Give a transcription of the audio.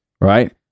Right